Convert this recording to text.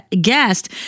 guest